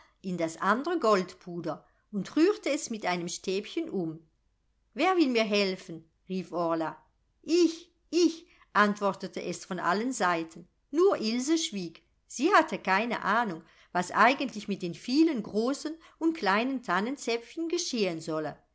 in das andre goldpuder und rührte es mit einem stäbchen um wer will mir helfen rief orla ich ich antwortete es von allen seiten nur ilse schwieg sie hatte keine ahnung was eigentlich mit den vielen großen und kleinen tannenzäpfchen geschehen solle